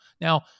Now